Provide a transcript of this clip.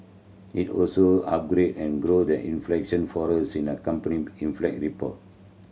it also upgraded an growth and inflation forecast in the accompanying inflate report